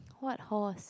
what host